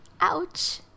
ouch